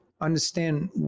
understand